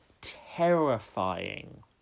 terrifying